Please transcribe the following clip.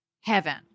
heaven